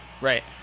right